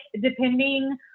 depending